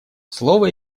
слово